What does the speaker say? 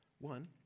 one